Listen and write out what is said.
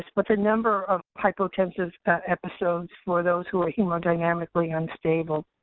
with a number of hypotensive episodes for those who are hemodynamically unstable.